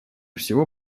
всего